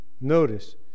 Notice